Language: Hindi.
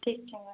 ठीक है मैम